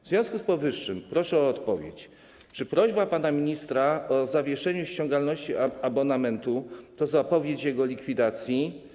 W związku z powyższym proszę o odpowiedź: Czy prośba pana ministra o zawieszenie ściągalności abonamentu to zapowiedź jego likwidacji?